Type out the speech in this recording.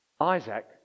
Isaac